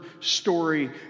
story